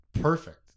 perfect